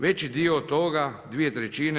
Veći dio toga, 2/